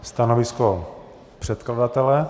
Stanovisko předkladatele?